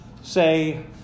say